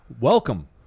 Welcome